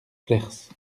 flers